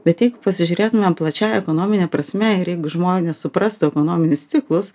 bet jeigu pasižiūrėtumėm plačiąja ekonomine prasme ir jeigu žmonės suprastų ekonominius ciklus